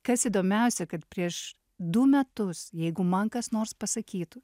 kas įdomiausia kad prieš du metus jeigu man kas nors pasakytų